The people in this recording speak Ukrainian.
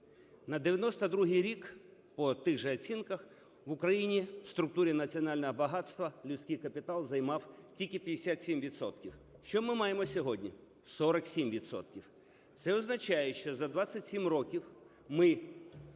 На 92-й рік по тих же оцінках в Україні в структурі національного багатства людський капітал займав тільки 57 відсотків. Що ми маємо сьогодні? 47 відсотків. Це означає, що за 27 років ми